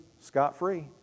scot-free